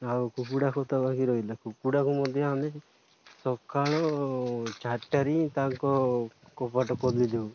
ଆଉ କୁକୁଡ଼ାକୁ ତ ବାକି ରହିଲା କୁକୁଡ଼ାକୁ ମଧ୍ୟ ଆମେ ସକାଳ ଚାରିଟାରେ ତାଙ୍କ କବାଟ ଖୋଲି ଦେଉ